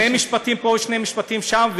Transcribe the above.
שני משפטים פה או שני משפטים שם,